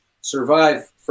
survive